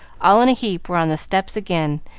all in a heap, were on the steps again,